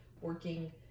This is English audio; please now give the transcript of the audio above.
working